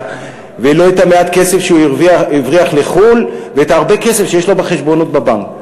ולא את מעט הכסף שהוא הבריח לחו"ל ואת הרבה הכסף שיש לו בחשבונות בבנק.